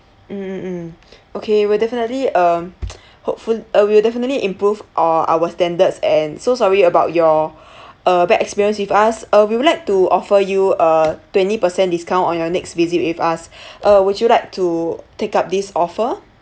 mm mm hmm) okay we'll definitely um hopeful we'll definitely improve uh our standards and so sorry about your uh bad experience with us uh we would like to offer you a twenty percent discount on your next visit with us uh would you like to take up this offer